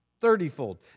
thirtyfold